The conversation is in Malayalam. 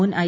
മുൻ ഐ